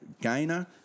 gainer